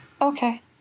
Okay